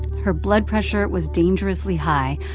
her blood pressure was dangerously high.